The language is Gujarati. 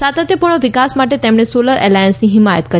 સાતત્યપૂર્ણ વિકાસ માટે તેમણે સોલર એલાયંસની હિમાયત કરી